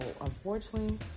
unfortunately